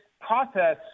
process